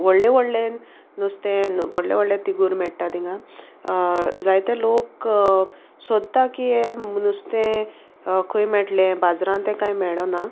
व्हडले व्हडले नुस्तें व्हडले व्हडले तिगूर मेळटा तिंगा जायते लोक सोदता की हे नुस्तें खंय मेळटले बाजारान तें कांय मेळना